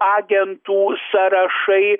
agentų sąrašai